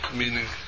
meaning